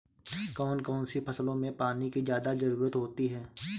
कौन कौन सी फसलों में पानी की ज्यादा ज़रुरत होती है?